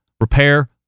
repair